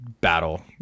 battle